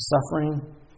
suffering